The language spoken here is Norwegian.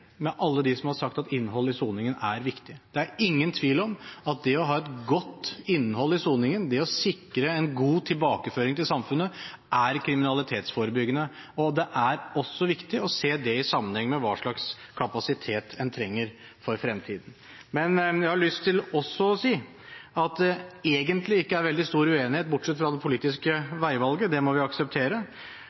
med alle dem som har sagt at innholdet i soningen er viktig. Det er ingen tvil om at det å ha et godt innhold i soningen, det å sikre en god tilbakeføring til samfunnet, er kriminalitetsforebyggende, og det er også viktig å se det i sammenheng med hva slags kapasitet en trenger for fremtiden. Men jeg har også lyst til å si at det egentlig ikke er veldig stor uenighet, bortsett fra det politiske veivalget, og det må vi akseptere,